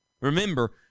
Remember